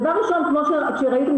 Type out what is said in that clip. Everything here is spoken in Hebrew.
כמו שראיתם,